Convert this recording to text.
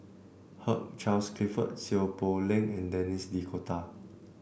Hugh Charles Clifford Seow Poh Leng and Denis D'Cotta